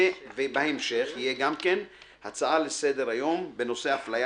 ובהמשך תהיה גם הצעה לסדר היום בנושא: אפליה